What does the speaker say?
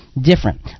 different